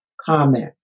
comment